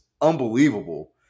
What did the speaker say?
unbelievable